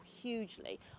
hugely